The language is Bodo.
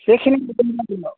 बेखिनि ल'